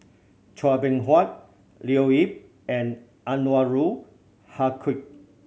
Chua Beng Huat Leo Yip and Anwarul Haque